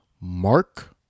Mark